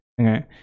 okay